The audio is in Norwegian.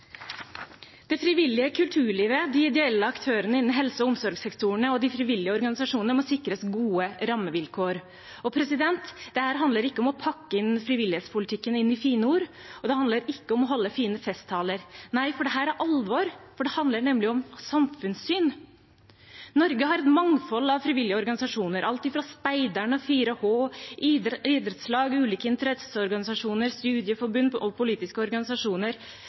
Det frivillige kulturlivet, aktører innen helse- og omsorgssektoren og de frivillige organisasjonene må sikres gode rammevilkår. Dette handler ikke om å pakke inn frivillighetspolitikken i fine ord, og det handler ikke om å holde fine festtaler – nei, dette er alvor, for det handler nemlig om samfunnssyn. Norge har et mangfold av frivillige organisasjoner, alt fra speideren og 4H, idrettslag og ulike interesseorganisasjoner, til studieforbund og politiske organisasjoner.